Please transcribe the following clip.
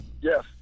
Yes